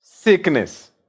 sickness